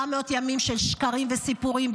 400 ימים של שקרים וסיפורים,